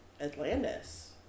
atlantis